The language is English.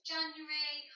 January